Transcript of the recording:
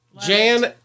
Jan